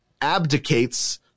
abdicates